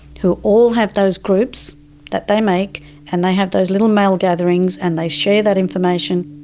who all have those groups that they make and they have those little male gatherings and they share that information.